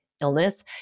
illness